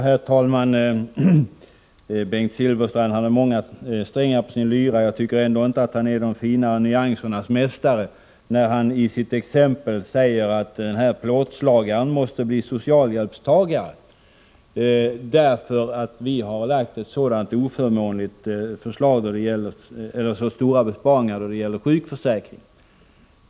Herr talman! Visst har Bengt Silfverstrand många strängar på sin lyra, men jag tycker ändå inte att han är någon de finare nyansernas mästare när han i sitt exempel säger att den här plåtslagaren måste bli socialhjälpstagare därför att vi har föreslagit så stora besparingar när det gäller sjukförsäkringen.